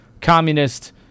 communist